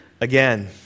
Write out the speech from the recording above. Again